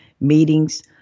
meetings